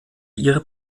ihre